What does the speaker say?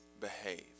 behave